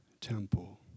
temple